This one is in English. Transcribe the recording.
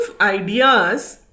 ideas